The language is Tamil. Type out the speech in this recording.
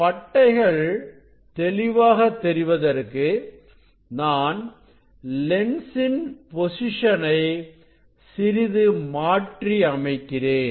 பட்டைகள் தெளிவாக தெரிவதற்காக நான் லென்சின் பொசிஷனை சிறிது மாற்றி அமைக்கிறேன்